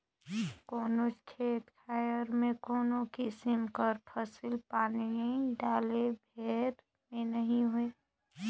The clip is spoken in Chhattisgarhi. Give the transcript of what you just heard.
कोनोच खेत खाएर में कोनो किसिम कर फसिल पानी डाले भेर में नी होए